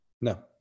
No